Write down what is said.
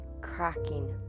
cracking